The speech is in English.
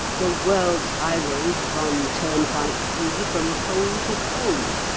the world's high roads run turnpike-free from pole to pole.